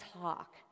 talk